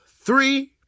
three